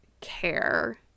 care